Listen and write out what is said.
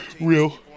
Real